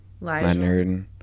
Leonard